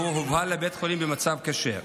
והוא הובהל לבית חולים במצב קשה,